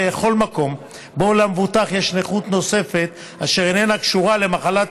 בכל מקום שבו למבוטח יש נכות נוספת אשר איננה קשורה למחלת